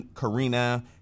Karina